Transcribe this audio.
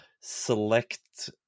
select